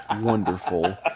wonderful